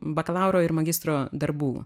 bakalauro ir magistro darbų